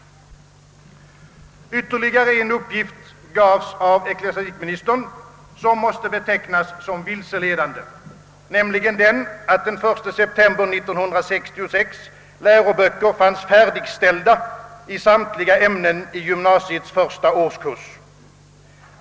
Ytterligare en uppgift gavs av ecklesiastikministern som måste betecknas som vilseledande, nämligen den att den 1 september 1966 läroböcker fanns färdigställda i samtliga ämnen i gymnasiets första årskurs.